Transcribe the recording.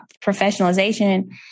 professionalization